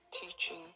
teaching